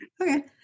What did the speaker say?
Okay